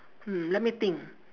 hmm let me think